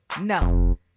No